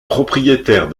propriétaire